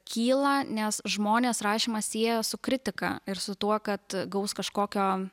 kyla nes žmonės rašymą sieja su kritika ir su tuo kad gaus kažkokio